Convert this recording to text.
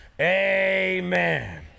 Amen